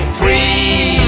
free